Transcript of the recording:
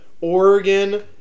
Oregon